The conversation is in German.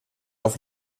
auf